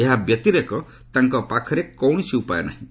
ଏହା ବ୍ୟତିରେକ ତାଙ୍କ ପାଖରେ କୌଣସି ଉପାୟ ନାହିଁ